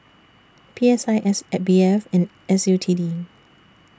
P S I S B F and S U T D